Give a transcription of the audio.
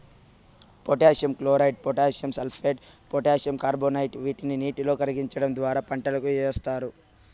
potassium chloride, potassium sulphate, potassium carbonate వీటిని నీటిలో కరిగించడం ద్వారా పంటలకు ఏస్తారు